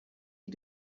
die